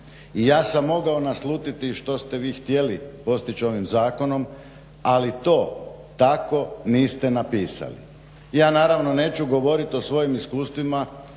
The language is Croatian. I ja sam mogao naslutiti što ste vi htjeli postići ovim zakonom, ali to tako niste napisali. Ja naravno neću govoriti o svojim iskustvima,